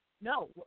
no